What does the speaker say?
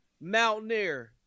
Mountaineer